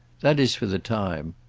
that is for the time.